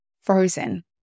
frozen